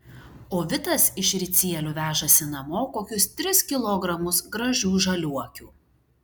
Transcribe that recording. o vitas iš ricielių vežasi namo kokius tris kilogramus gražių žaliuokių